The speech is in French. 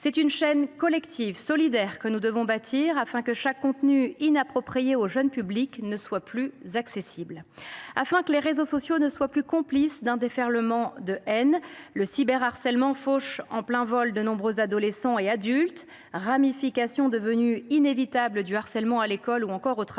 C’est une chaîne collective, solidaire que nous devons bâtir afin que chaque contenu inapproprié au jeune public ne soit plus accessible, afin que les réseaux sociaux ne soient plus complices d’un déferlement de haine. Le cyberharcèlement fauche en plein vol de nombreux adolescents et adultes. Ramification devenue inévitable du harcèlement à l’école ou encore au travail,